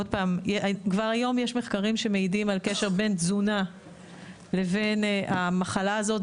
כבר היום יש מחקרים שמעידים על קשר בין תזונה לבין המחלה הזאת.